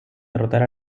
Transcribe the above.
derrotar